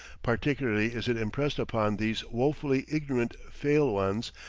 particularly is it impressed upon these woefully ignorant fail-ones,